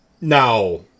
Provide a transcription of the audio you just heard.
now